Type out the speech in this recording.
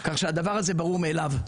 כך שהדבר הזה ברור מאליו.